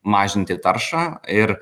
mažinti taršą ir